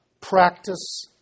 practice